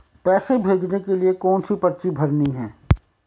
पैसे भेजने के लिए कौनसी पर्ची भरनी है?